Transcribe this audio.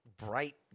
Bright